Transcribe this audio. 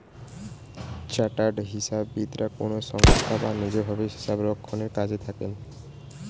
chartered হিসাববিদরা কোনো সংস্থায় বা নিজ ভাবে হিসাবরক্ষণের কাজে থাকেন